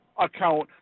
account